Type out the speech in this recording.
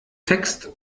text